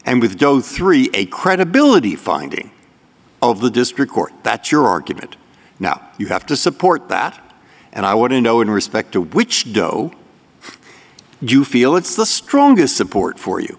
and with no three a credibility finding of the district court that your argument now you have to support that and i wouldn't know in respect to which doe you feel it's the strongest support for you